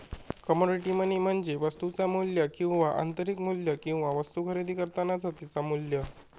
commodity money म्हणजे वस्तुचा मू्ल्य किंवा आंतरिक मू्ल्य किंवा वस्तु खरेदी करतानाचा तिचा मू्ल्य